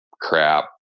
crap